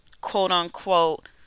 quote-unquote